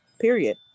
period